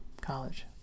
college